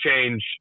change